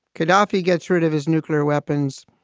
gadhafi gets rid of his nuclear weapons.